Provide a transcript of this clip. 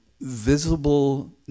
visible